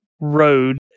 road